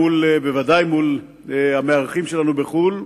ובוודאי מול המארחים שלנו בחו"ל,